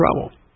trouble